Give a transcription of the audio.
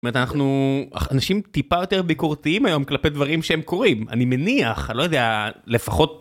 אנחנו אנשים טיפה יותר ביקורתיים היום כלפי דברים שהם קוראים אני מניח לא יודע לפחות.